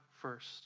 first